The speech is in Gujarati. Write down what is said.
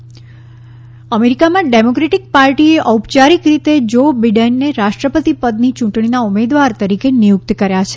ડેમોકેટ્સ અમેરીકામાં ડેમોક્રેટિક પાર્ટીએ ઔપચારિક રીતે જો બિડેનને રાષ્ટ્રપતિ પદની ચૂટણીના ઉમેદવાર તરીકે નિયુક્ત કર્યા છે